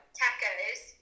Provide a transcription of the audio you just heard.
tacos